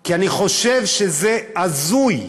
כי אני חושב שזה הזוי,